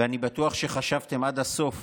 ואני בטוח שחשבתם עד הסוף